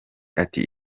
ati